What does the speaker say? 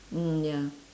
mm ya